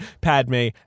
Padme